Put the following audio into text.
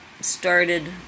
started